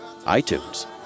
iTunes